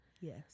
yes